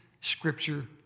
scripture